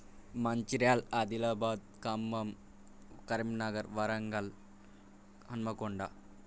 Mancherial Adilabad Khammam Karimnagar Warangal Hanumakonda